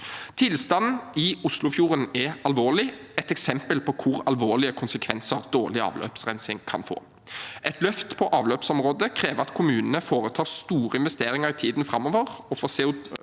Tilstanden i Oslofjorden er alvorlig og er et eksempel på hvor alvorlige konsekvenser dårlig avløpsrensing kan få. Et løft på avløpsområdet krever at kommunene foretar store investeringer i tiden framover, og for